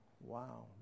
Wow